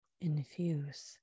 infuse